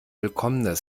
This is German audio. willkommener